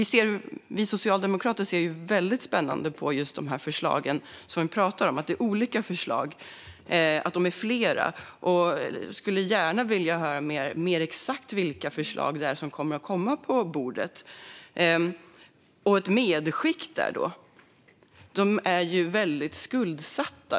Vi socialdemokrater emotser med spänning de förslag som vi pratar om. Det är flera olika förslag, och vi skulle gärna vilja höra mer om exakt vilka som kommer att läggas på bordet. Ett medskick är att dessa kvinnor är väldigt skuldsatta.